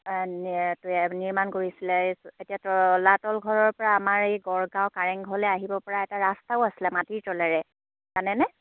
তৈ নিৰ্মাণ কৰিছিলে এতিয়া তলাতল ঘৰৰ পৰা আমাৰ এই গড়গাঁও কাৰেংঘৰলৈ আহিব পৰা এটা ৰাস্তাও আছিলে মাটিৰ তলেৰে জানেনে